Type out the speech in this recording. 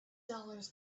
dollars